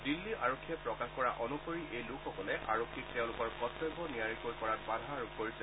দিল্লী আৰক্ষীয়ে প্ৰকাশ কৰা অনুসৰি এই লোকসকলে আৰক্ষীক তেওঁলোকৰ কৰ্তব্য নিয়াৰিকৈ কৰাত বাধা আৰোপ কৰিছে